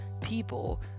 people